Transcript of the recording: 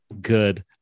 good